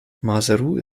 maseru